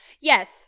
yes